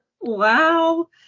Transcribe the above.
Wow